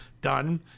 done